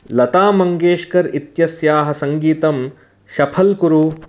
लता मङ्गेश्कर् इत्यस्याः सङ्गीतं शफल् कुरु